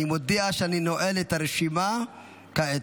אני מודיע שאני נועל את הרשימה כעת.